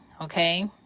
okay